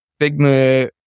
Figma